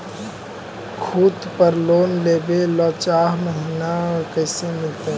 खूत पर लोन लेबे ल चाह महिना कैसे मिलतै?